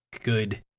good